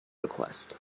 request